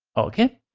okay.